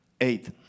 Eight